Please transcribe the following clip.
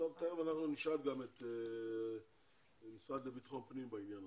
תכף נשאל את המשרד לביטחון פנים בנושא הזה.